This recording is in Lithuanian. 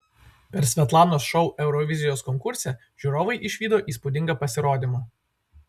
per svetlanos šou eurovizijos konkurse žiūrovai išvydo įspūdingą pasirodymą